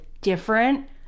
different